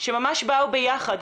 שממש באו ביחד,